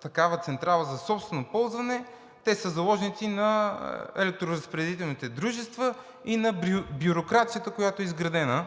такава централа за собствено ползване, те са заложници на електроразпределителните дружества и на бюрокрацията, която е изградена